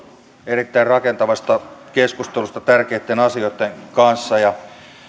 erittäin rakentavasta keskustelusta tärkeitten asioitten kanssa